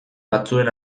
batzuen